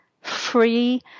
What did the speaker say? free